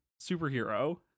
superhero